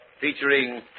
featuring